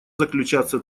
заключаться